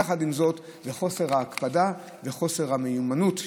יחד עם חוסר ההקפדה וחוסר המיומנות,